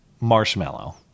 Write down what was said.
Marshmallow